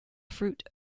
fruit